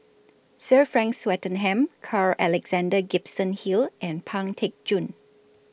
Sir Frank Swettenham Carl Alexander Gibson Hill and Pang Teck Joon